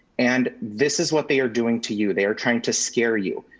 and this is what they are doing to you. they are trying to scare you.